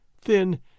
thin